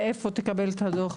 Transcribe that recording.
מאיפה תקבל את הדוח?